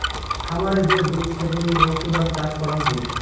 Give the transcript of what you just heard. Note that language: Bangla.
খামারে যে দুধ ছেপনি মৌছুদাম চাষ করাং হই